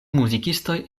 muzikistoj